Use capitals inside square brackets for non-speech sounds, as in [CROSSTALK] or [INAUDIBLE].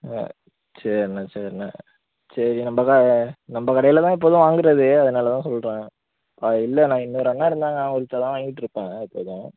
ஆ சரிண்ணே சரிண்ணே சரி நம்ம கடை நம்ம கடையில்தான் எப்போது வாங்குவது அதனால்தான் சொல்கிறேன் [UNINTELLIGIBLE] இல்லைனா இன்னொரு அண்ணா இருந்தாங்க அவங்கள்ட்ட தான் வாங்கிட்டுருப்பேன் எப்போதும்